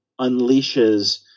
unleashes